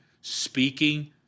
speaking